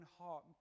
heart